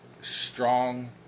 strong